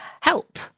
help